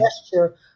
gesture